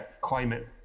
climate